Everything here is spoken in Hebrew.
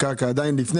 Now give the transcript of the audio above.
שקלים לפני